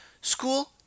school